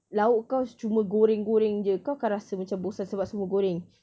lauk kau cuma goreng-goreng jer kau akan rasa macam bosan sebab semua goreng